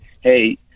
hey